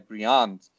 Briand